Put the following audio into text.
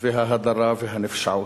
ההדרה והנפשעות.